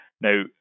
Now